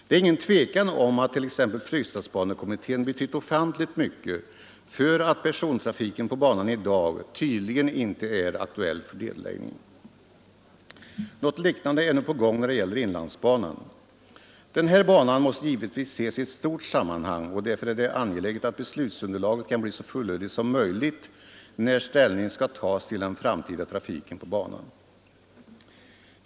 Det är inget tvivel om att t.ex. Fryksdalsbanekommittén betytt ofantligt mycket för att persontrafiken på banan i dag tydligen inte är aktuell för nedläggning. Något liknande är nu på gång när det gäller inlandsbanan. Denna bana måste givetvis ses i ett stort sammanhang, och därför är det angeläget att beslutsunderlaget kan bli så fullödigt som möjligt när ställning skall tas till den framtida trafiken på banan.